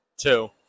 Two